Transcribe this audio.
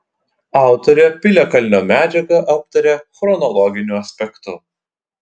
autorė piliakalnio medžiagą aptaria chronologiniu aspektu